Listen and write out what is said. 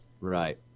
right